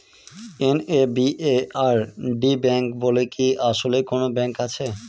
NABARD bank বলে কি আসলেই কোনো ব্যাংক আছে?